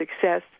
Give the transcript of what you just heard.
success